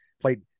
Played